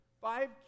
five